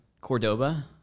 Cordoba